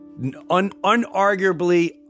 unarguably